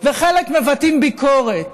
וחלק מבטאים ביקורת.